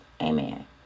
Amen